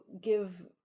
give